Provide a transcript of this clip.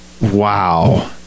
Wow